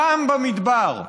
שם, במדבר,